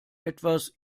etwas